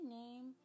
name